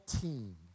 team